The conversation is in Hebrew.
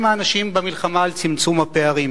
הם האנשים במלחמה על צמצום הפערים,